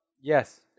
Yes